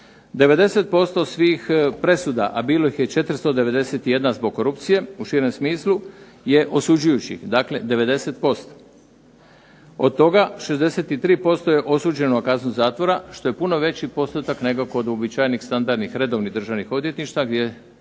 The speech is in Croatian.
90% svih presuda, a bilo ih je 491 zbog korupcije u širem smislu je osuđujućih, dakle 90%. Od toga 63% je osuđeno na kaznu zatvora što je puno veći postotak nego kod uobičajenih standardnih redovnih državnih odvjetništava gdje